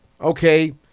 okay